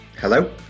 Hello